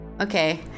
Okay